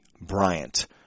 Bryant